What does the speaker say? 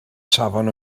safon